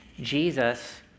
Jesus